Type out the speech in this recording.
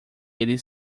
eles